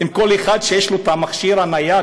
ולכל אחד יש מכשיר נייד,